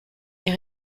est